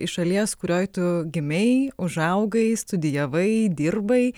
iš šalies kurioj tu gimei užaugai studijavai dirbai